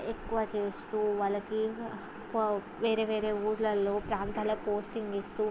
ఎక్కువ చేస్తూ వాళ్ళకి వేరే వేరే ఊళ్ళలో ప్రాంతాల పోస్టింగ్ ఇస్తూ